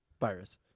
Virus